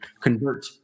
convert